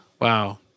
Wow